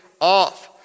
off